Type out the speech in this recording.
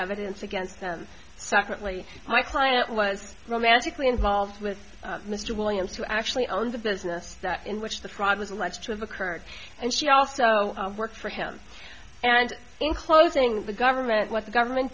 evidence against them separately my client was romantically involved with mr williams who actually owns a business that in which the fraud was alleged to have occurred and she also worked for him and in closing the government what the government